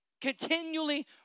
continually